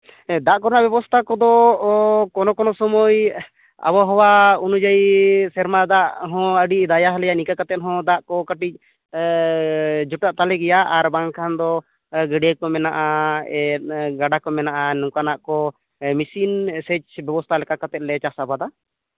ᱫᱟᱜ ᱠᱚᱨᱮᱱᱟᱜ ᱵᱮᱵᱚᱥᱛᱷᱟ ᱠᱚᱫᱚ ᱠᱳᱱᱳ ᱠᱳᱱᱳ ᱥᱚᱢᱚᱭ ᱟᱵᱚᱦᱟᱣᱟ ᱚᱱᱩᱡᱟᱭᱤ ᱥᱮᱨᱢᱟ ᱫᱟᱜ ᱦᱚᱸ ᱟᱹᱰᱤ ᱫᱟᱭᱟ ᱟᱞᱮᱭᱟᱭ ᱱᱤᱝᱠᱟᱹ ᱠᱟᱛᱮᱫ ᱦᱚᱸ ᱫᱟᱜ ᱠᱚ ᱠᱟᱹᱴᱤᱡ ᱡᱩᱴᱟᱹᱜ ᱛᱟᱞᱮ ᱜᱮᱭᱟ ᱟᱨ ᱵᱟᱝᱠᱷᱟᱱ ᱫᱚ ᱜᱟᱹᱰᱭᱟᱹ ᱠᱚ ᱢᱮᱱᱟᱜᱼᱟ ᱜᱟᱰᱟ ᱠᱚ ᱢᱮᱱᱟᱜᱼᱟ ᱱᱚᱝᱠᱟᱱᱟᱜ ᱠᱚ ᱢᱮᱥᱤᱱ ᱥᱮᱪ ᱵᱮᱵᱚᱥᱛᱷᱟ ᱞᱮᱠᱟ ᱠᱟᱛᱮᱫ ᱞᱮ ᱪᱟᱥ ᱟᱵᱟᱫᱟ